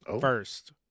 First